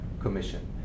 commission